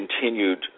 continued